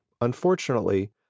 Unfortunately